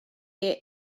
here